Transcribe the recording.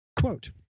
Quote